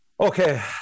Okay